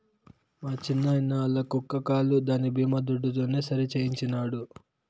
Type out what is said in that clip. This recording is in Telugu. మా చిన్నాయిన ఆల్ల కుక్క కాలు దాని బీమా దుడ్డుతోనే సరిసేయించినాడు